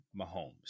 Mahomes